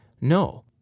No